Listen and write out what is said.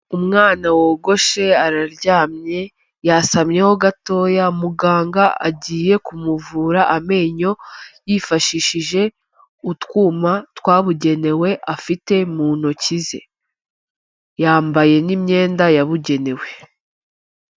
Umwana wogoshe araryamye yasamyeho gatoya, muganga agiye kumuvura amenyo yifashishije utwuma twabugenewe afite mu ntoki ze, yambaye n'imyenda yabugenewe.